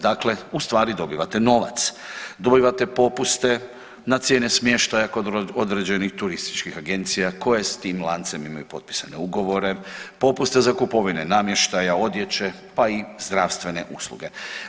Dakle, u stvari dobivate novac, dobivate popuste na cijene smještaja kod određenih turističkih agencija koje s tim lancima imaju potpisane ugovore, potpise za kupovine namještaja, odjeće, pa i zdravstvene usluge.